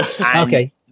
okay